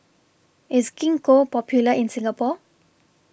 IS Gingko Popular in Singapore